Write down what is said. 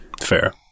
Fair